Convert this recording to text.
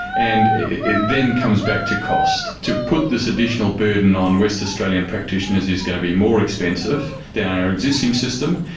and it then comes back to cost. to put this additional burden on west australian practitioners is going to be more expensive than our existing system.